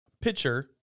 pitcher